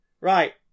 right